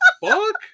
fuck